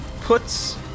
puts